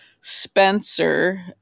Spencer